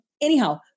anyhow